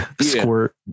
squirt